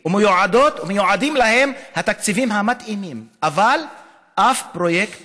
ומיועדים להם התקציבים המתאימים, אבל שום פרויקט